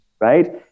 right